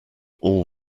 all